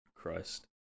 christ